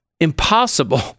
impossible